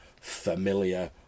familiar